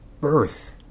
Birth